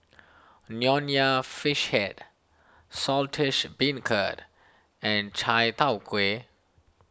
Nonya Fish Head Saltish Beancurd and Chai Tow Kuay